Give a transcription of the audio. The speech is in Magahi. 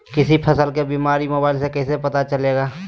किसी फसल के बीमारी मोबाइल से कैसे पता चलेगा?